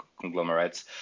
conglomerates